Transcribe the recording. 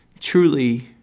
truly